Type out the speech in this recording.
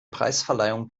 preisverleihung